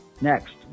Next